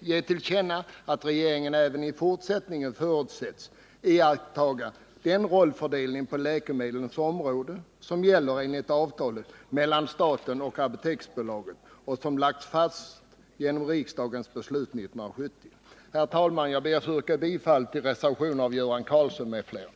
ge till känna att regeringen även i fortsättningen förutsätts iaktta den rollfördelning på läkemedelsområdet som gäller enligt avtalet mellan staten och Apoteksbolaget och som lagts fast genom riksdagens beslut 1970. Herr talman! Jag ber att få yrka bifall till reservationen av Göran Karlsson m.fl.